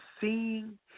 seeing